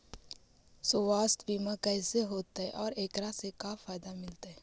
सवासथ बिमा कैसे होतै, और एकरा से का फायदा मिलतै?